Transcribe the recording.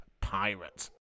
pirate